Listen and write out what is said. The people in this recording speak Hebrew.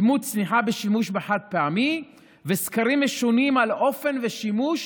בדמות צניחה בשימוש בחד-פעמי וסקרים משונים על אופן ושימוש